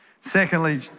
Secondly